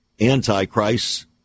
Antichrist